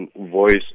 voice